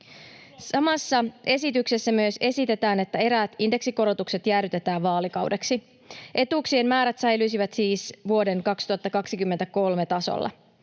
Samassa esityksessä myös esitetään, että eräät indeksikorotukset jäädytetään vaalikaudeksi. Etuuksien määrät säilyisivät siis vuoden 2023 tasolla.